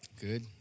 Good